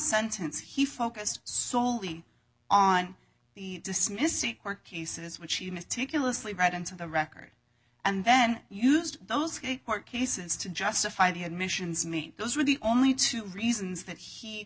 sentence he focused solely on the dismissing or cases which he meticulously right into the record and then used those court cases to justify the admissions mean those were the only two reasons that he